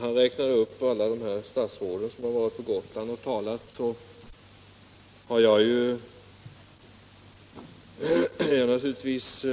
Han räknade upp alla de statsråd som talade på Gotland under valrörelsen, och jag är naturligtvis